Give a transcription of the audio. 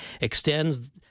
extends